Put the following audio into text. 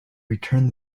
returned